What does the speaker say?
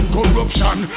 Corruption